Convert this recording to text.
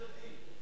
בארנונה, כן,